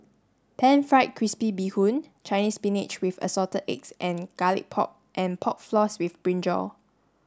Pan Fried Crispy Bee Hoon Chinese spinach with assorted eggs and garlic pork and pork floss with brinjal